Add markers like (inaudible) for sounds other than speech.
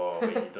(laughs)